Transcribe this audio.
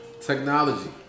Technology